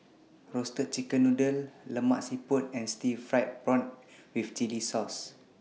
Roasted Chicken Noodle Lemak Siput and Stir Fried Prawn with Chili Sauce